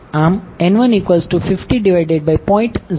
આમ N1500